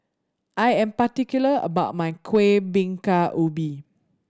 I am particular about my Kueh Bingka Ubi